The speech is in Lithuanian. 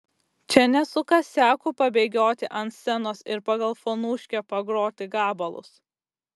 čia ne su kasiaku pabėgioti ant scenos ir pagal fonuškę pagroti gabalus